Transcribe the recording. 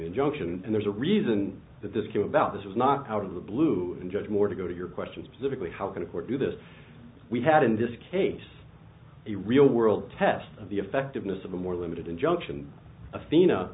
the injunction and there's a reason that this came about this was not out of the blue in judge moore to go to your question specifically how can a court do this we had in this case a real world test of the effectiveness of a more limited injunction athena